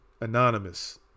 anonymous